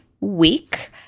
week